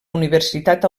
universitat